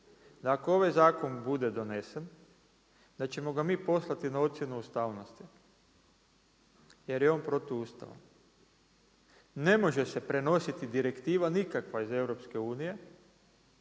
ako ovaj zakon bude donesen, da ćemo ga mi poslati na ocjenu ustavnosti, jer je on protuustavan. Ne može se prenositi direktiva, nikakva iz EU